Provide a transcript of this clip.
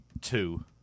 two